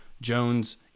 Jones